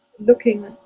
looking